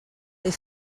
they